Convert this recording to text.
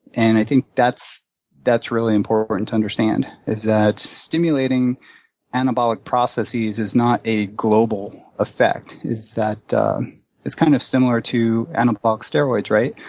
and i think that's that's really important but and to understand is that stimulating anabolic processes is not a global effect, is that it's kind of similar to anabolic steroids right?